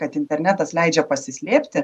kad internetas leidžia pasislėpti